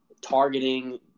targeting